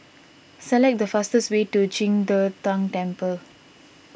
select the fastest way to Qing De Tang Temple